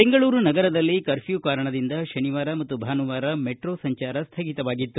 ಬೆಂಗಳೂರು ನಗರದಲ್ಲಿ ಕರ್ಫ್ಯೂ ಕಾರಣದಿಂದ ಶನಿವಾರ ಮತ್ತು ಭಾನುವಾರ ಮೆಟ್ರೊ ಸಂಚಾರ ಸ್ವಗಿತವಾಗಿತ್ತು